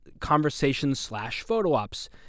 conversations-slash-photo-ops